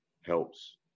Helps